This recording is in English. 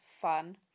fun